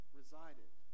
resided